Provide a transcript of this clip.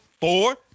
four